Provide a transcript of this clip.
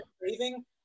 craving